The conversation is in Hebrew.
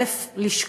א.